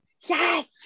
Yes